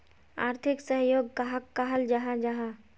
आर्थिक सहयोग कहाक कहाल जाहा जाहा?